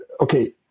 okay